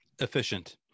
Efficient